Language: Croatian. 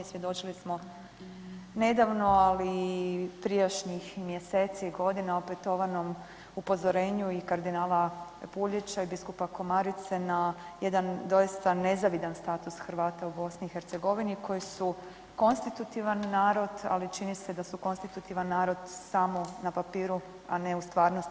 Svjedočili smo nedavno, ali i prijašnjim mjeseci i godina opetovanom upozorenju i kardinala Puljića i biskupa Komarice na jedan doista nezavidan status Hrvata u BiH koji su konstitutivan narod, ali čini se da su konstitutivan narod samo na papiru, a ne u stvarnosti.